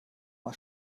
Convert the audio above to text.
mal